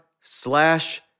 slash